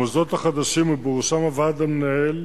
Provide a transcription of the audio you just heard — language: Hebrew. המוסדות החדשים, ובראשם הוועד המנהל,